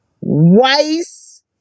Wise